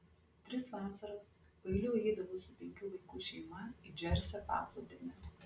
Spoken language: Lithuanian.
tris vasaras paeiliui eidavau su penkių vaikų šeima į džersio paplūdimį